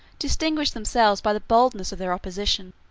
distinguished themselves by the boldness of their opposition.